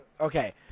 Okay